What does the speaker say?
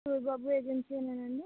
సూరి బాబు ఏజెన్సీయేనా అండి